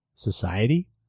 Society